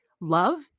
Love